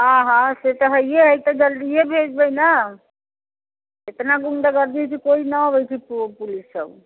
हँ हँ से तऽ छैहे तऽ जल्दी भेजबै ने इतना गुण्डागर्दी जे केओ नहि अबैत छै प पुलिस सभ